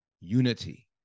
unity